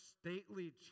stately